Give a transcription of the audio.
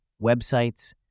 websites